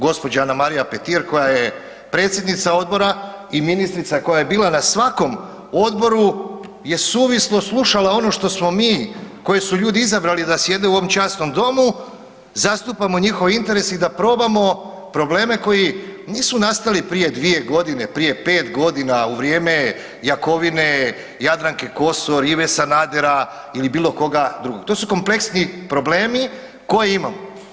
Gđa. Anamarija Petir koja je predsjednica odbora i ministrica koja je bila na svakom odboru je suvislo slušala ono što smo mi, koje su ljudi izabrali da sjede u ovom časnom domu zastupamo njihove interese i da probamo probleme koji nisu nastali prije 2.g., prije 5.g., u vrijeme Jakovine, Jadranke Kosor, Ive Sanadera ili bilo koga drugog, to su kompleksni problemi koje imamo.